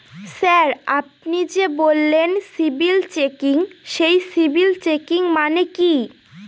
Sir আপনি যে বললেন সিবিল চেকিং সেই সিবিল চেকিং মানে কি?